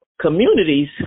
communities